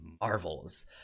Marvels